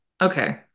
Okay